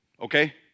Okay